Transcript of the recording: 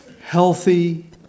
healthy